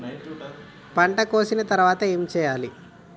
పంట కోసిన తర్వాత ఏం చెయ్యాలి?